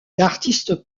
d’artiste